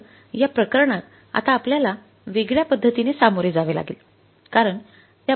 तर या प्रकरणात आता आपल्याला वेगळ्या पद्धतीने सामोरे जावे लागेल